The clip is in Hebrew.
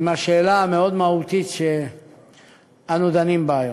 עם השאלה המהותית מאוד שאנו דנים בה היום.